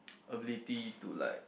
ability to like